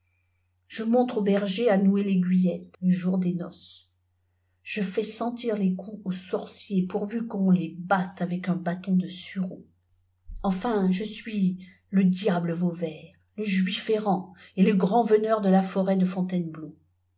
je montre aux bergers à nouer l'aiguillette c le jour des noces je fais sentir les cqups aux sorciers pourvu qu'on les batte avec un bâton de sureau enfin je suis le dia ble vauvert le juif errant et le grand vêneuf de la forêt de fontainebleau